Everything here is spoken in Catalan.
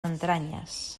entranyes